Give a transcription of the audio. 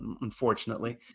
unfortunately